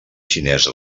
xinesa